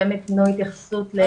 והם יתנו התייחסות ויבחנו את הדברים.